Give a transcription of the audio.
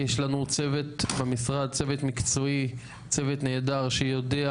יש לנו צוות במשרד, צוות מקצועי, צוות נהדר שיודע